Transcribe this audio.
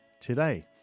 today